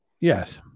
yes